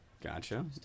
Gotcha